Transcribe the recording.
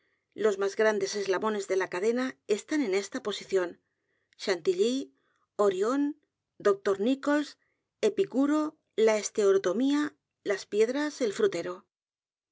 los más grandes eslabones de la cadena están en esta posición chantilly orion dr nichols epícuro la esteorotomia las piedras el frutero hay